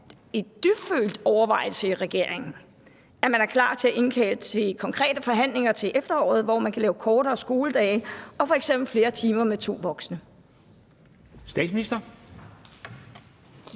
en seriøs overvejelse i regeringen, at man er klar til at indkalde til konkrete forhandlinger til efteråret, hvor man kan aftale kortere skoledage og f.eks. flere timer med to voksne. Kl.